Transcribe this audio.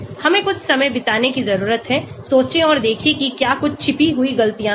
हमें कुछ समय बिताने की ज़रूरत है सोचें और देखें कि क्या कुछ छिपी हुई गलतियाँ हैं